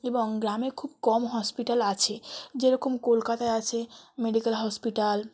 এবং গ্রামে খুব কম হসপিটাল আছে যেরকম কলকাতায় আছে মেডিকেল হসপিটাল